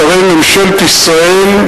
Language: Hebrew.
שרי ממשלת ישראל,